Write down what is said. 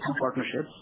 partnerships